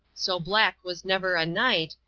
so black was never a night,